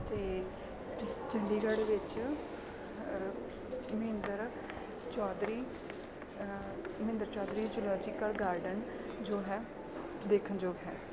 ਅਤੇ ਚੰਡੀਗੜ੍ਹ ਵਿੱਚ Mahinder Chaudhary Mahinder Chaudhary zoological garden ਜੋ ਹੈ ਦੇਖਣ ਯੋਗ ਹੈ